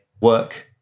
work